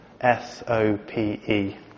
S-O-P-E